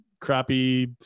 crappy